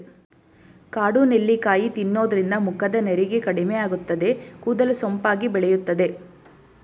ಕಾಡು ನೆಲ್ಲಿಕಾಯಿ ತಿನ್ನೋದ್ರಿಂದ ಮುಖದ ನೆರಿಗೆ ಕಡಿಮೆಯಾಗುತ್ತದೆ, ಕೂದಲು ಸೊಂಪಾಗಿ ಬೆಳೆಯುತ್ತದೆ